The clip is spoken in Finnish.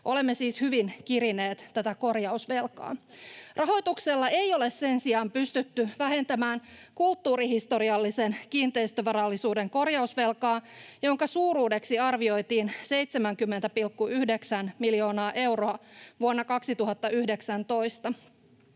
Olemme siis hyvin kirineet tätä korjausvelkaa. Rahoituksella ei ole sen sijaan pystytty vähentämään kulttuurihistoriallisen kiinteistövarallisuuden korjausvelkaa, jonka suuruudeksi arvioitiin 70,9 miljoonaa euroa vuonna 2019.